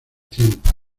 tiempo